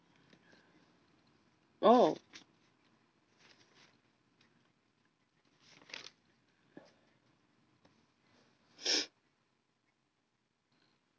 oh